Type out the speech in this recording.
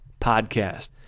podcast